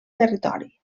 territori